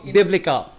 biblical